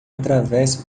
atravessa